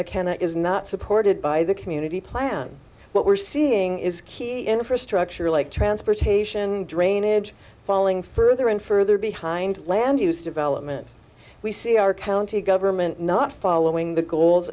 mechanic is not supported by the community plan what we're seeing is key infrastructure like transportation drainage falling further and further behind land use development we see our county government not following the goals